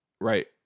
Right